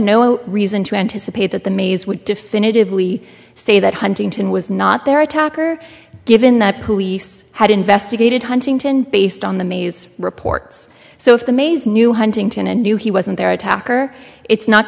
no reason to anticipate that the maze would definitively say that huntington was not their attacker given that police had investigated huntington based on the maze reports so if the mays knew huntington and knew he wasn't their attacker it's not